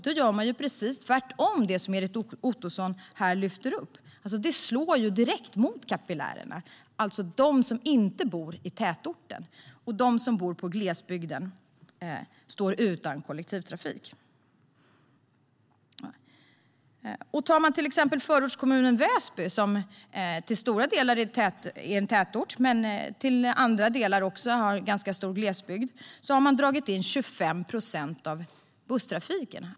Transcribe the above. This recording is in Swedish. Då gör man precis tvärtemot det som Erik Ottoson lyfter upp här. Det slår direkt mot kapillärerna, alltså mot dem som inte bor i tätorten och mot dem som bor i glesbygden, som står utan kollektivtrafik. I exempelvis förortskommunen Upplands Väsby, som till stora delar är en tätort men som också har en ganska stor glesbygd, har man dragit in 25 procent av busstrafiken.